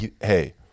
hey